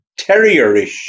terrierish